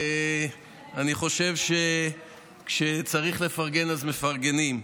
אני חושב שכשצריך לפרגן, אז מפרגנים.